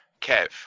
kev